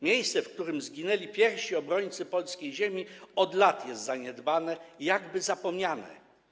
Miejsce, w którym zginęli pierwsi obrońcy polskiej ziemi, od lat jest zaniedbane, jakby zapomniane.